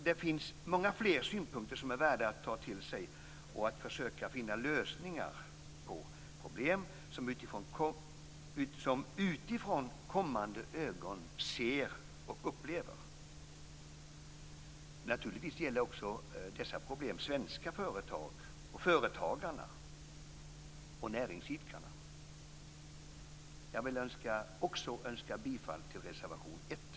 Det finns många fler synpunkter som är värda att ta till sig för att försöka finna lösningar på problem, som utifrån kommande "ögon" ser och upplever. Dessa problem gäller naturligtvis också svenska företag, företagare och näringsidkare. Jag vill yrka bifall till reservation 1.